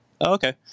Okay